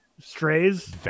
strays